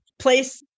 place